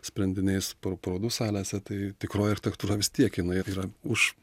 sprendiniais pa parodų salėse tai tikroji architektūra vis tiek jinai yra už